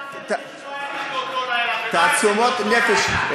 תעצומות נפש,